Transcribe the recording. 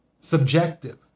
subjective